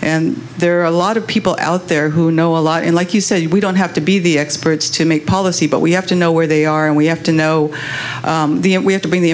and there are a lot of people out there who know a lot and like you said you we don't have to be the experts to make policy but we have to know where they are and we have to know and we have to be in the